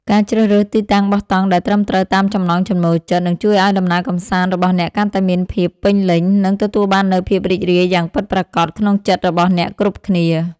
ការជ្រើសរើសទីតាំងបោះតង់ដែលត្រឹមត្រូវតាមចំណង់ចំណូលចិត្តនឹងជួយឱ្យដំណើរកម្សាន្តរបស់អ្នកកាន់តែមានភាពពេញលេញ និង ទទួលបាននូវភាពរីករាយយ៉ាងពិតប្រាកដក្នុងចិត្តរបស់អ្នកគ្រប់គ្នា។